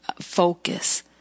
focus